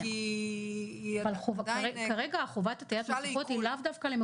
כי היא עדיין קשה לעיכול.